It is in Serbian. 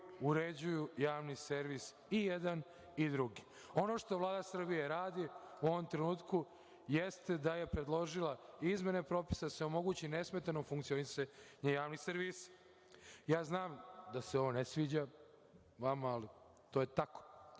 uređuju javni servis i jedan i drugi. Ono što Vlada Srbije radi, u ovom trenutku, jeste da je predložila izmene propisa da bi se omogućilo nesmetano funkcionisanje javnih servisa. Ja znam da se ovo ne sviđa vama, ali, to je tako. Što